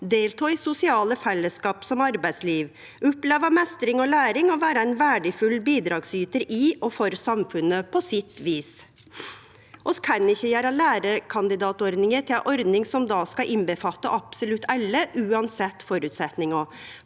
delta i sosiale fellesskap som arbeidsliv, oppleve meistring og læring og vere ein verdifull bidragsytar i og for samfunnet på sitt vis. Vi kan ikkje gjere lærekandidatordninga til ei ordning som skal omfatte absolutt alle uansett føresetnader,